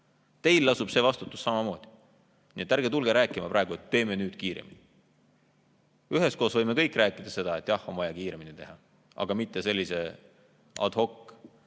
Teil lasub see vastutus samamoodi. Ärge tulge rääkima praegu, et teeme nüüd kiiremini. Üheskoos võime kõik rääkida seda, et jah, on vaja kiiremini teha, aga mitte sellisead